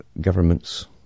governments